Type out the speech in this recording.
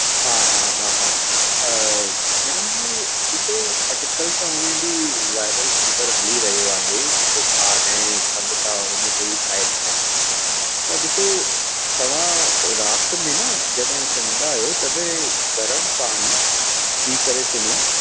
हा हा हा हा मैडम जी ॾिसो अॼुकल्ह त उहे बि वायरल फीवर हली रहियो आहे बुख़ार ऐं खंघि त हुनजो ई साइड इफैक्ट त ॾिसो तव्हां राति में न जॾहिं सूम्हंदा आहियो तॾहिं गरमु पाणी पी करे सूम्हो